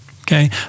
Okay